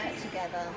together